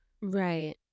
Right